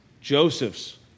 Joseph's